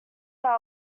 are